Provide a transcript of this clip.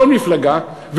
כל מפלגה,